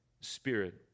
Spirit